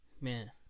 man